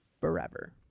forever